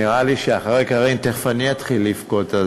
נראה לי שאחרי קארין תכף אני אתחיל לבכות.